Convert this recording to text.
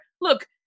Look